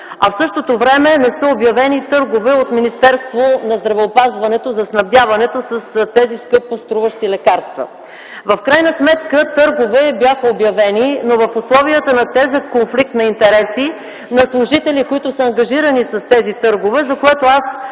а в същото време не са обявени търгове от Министерството на здравеопазването за снабдяването с тези скъпоструващи лекарства. В крайна сметка търгове бяха обявени, но в условията на тежък конфликт на интереси на служители, които са ангажирани с тези търгове, за което